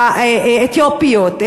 האתיופיות,